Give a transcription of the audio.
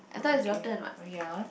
oh okay oh ya ah